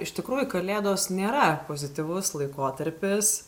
iš tikrųjų kalėdos nėra pozityvus laikotarpis